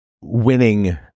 winning